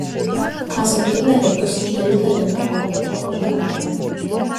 kasant tunelį bus uždaryta viena koledžo auditorija